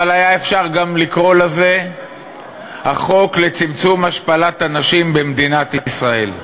אבל היה אפשר גם לקרוא לזה החוק לצמצום השפלת הנשים במדינת ישראל.